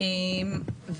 אז רומן הלך להביא אותו.